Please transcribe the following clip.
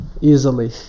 easily